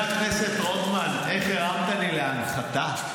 חבר הכנסת רוטמן, איך הרמת לי להנחתה.